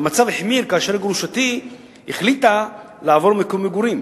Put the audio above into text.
"המצב החמיר כאשר גרושתי החליטה לעבור מקום מגורים.